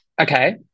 Okay